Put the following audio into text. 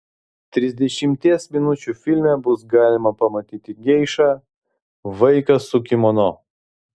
trisdešimties minučių filme bus galima pamatyti geišą vaiką su kimono